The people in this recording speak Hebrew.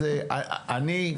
אני,